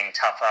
tougher